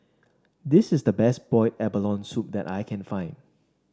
this is the best Boiled Abalone Soup that I can find